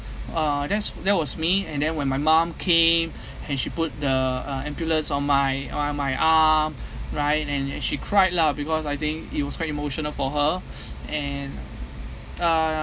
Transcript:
uh that's that was me and then when my mom came and she put the uh epaulettes on my my arm right and then she cried lah because I think it was very emotional for her and uh